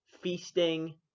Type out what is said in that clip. feasting